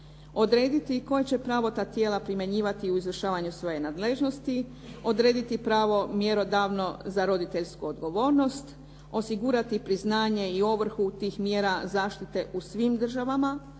Odrediti i koje će pravo ta tijela primjenjivati u izvršavanju svoje nadležnosti, odrediti pravo mjerodavno za roditeljsku odgovornost, osigurati priznanje i ovrhu tih mjera zaštite u svim državama